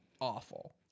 awful